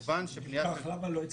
למה לא הצלחתם לקבוע?